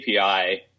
API